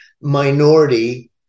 minority